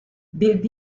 did